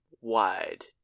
wide